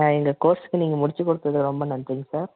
ஆ இந்த கோர்ஸ்க்கு நீங்கள் முடிச்சிக் கொடுத்ததுக்கு ரொம்ப நன்றிங்க சார்